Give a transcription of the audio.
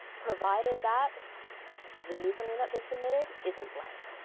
provided that the user name that they submitted isn't blank.